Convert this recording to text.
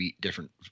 different